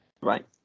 Right